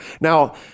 Now